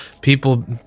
People